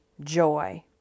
joy